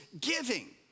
giving